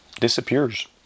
disappears